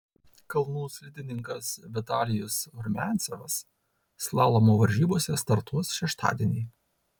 kalnų slidininkas vitalijus rumiancevas slalomo varžybose startuos šeštadienį